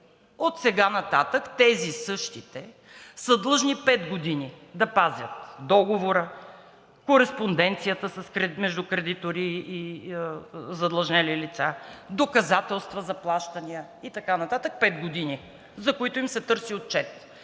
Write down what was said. Отсега нататък тези същите са длъжни пет години да пазят договора, кореспонденцията между кредитори и задлъжнели лица, доказателства за плащания и така нататък – пет години, за които им се търси отчет.